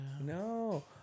No